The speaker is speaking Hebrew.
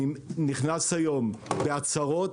כל המזון הרגיל, שהוא לא רגיש, נכנס היום בהצהרות,